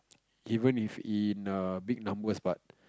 even if in big numbers but